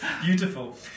beautiful